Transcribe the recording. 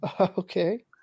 Okay